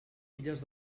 filles